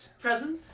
presents